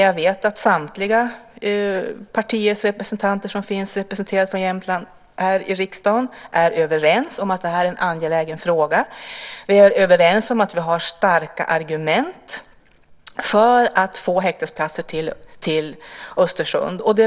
Jag vet att samtliga partiers representanter här i riksdagen från Jämtland är överens om att det här är en angelägen fråga. Vi är överens om att vi har starka argument för att få häktesplatser till Östersund.